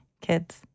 kids